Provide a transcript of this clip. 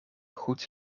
goed